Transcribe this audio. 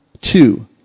Two